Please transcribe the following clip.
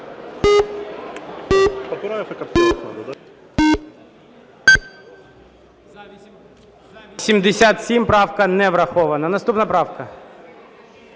Правка не врахована. Наступна правка.